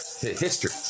History